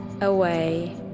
away